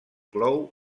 clou